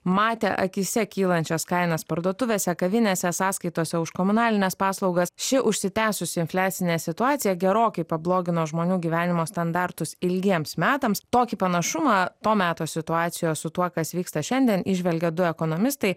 matė akyse kylančias kainas parduotuvėse kavinėse sąskaitose už komunalines paslaugas ši užsitęsus infliacinė situacija gerokai pablogino žmonių gyvenimo standartus ilgiems metams tokį panašumą to meto situacijos su tuo kas vyksta šiandien įžvelgia du ekonomistai